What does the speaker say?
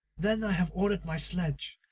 then i have ordered my sledge,